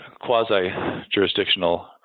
quasi-jurisdictional